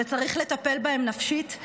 וצריך לטפל בהם נפשית,